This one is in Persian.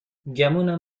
گمونم